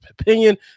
opinion